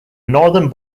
northern